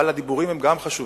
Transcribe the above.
אבל הדיבורים הם גם חשובים.